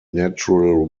natural